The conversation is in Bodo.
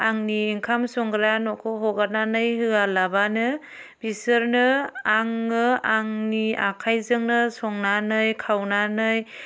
आंनि ओंखाम संग्रा न'खौ हगारनानै होआलाबानो बिसोरोनो आङो आंनि आखायजोंनो संनानै खावनानै